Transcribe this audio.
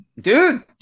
dude